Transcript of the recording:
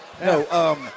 No